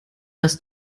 das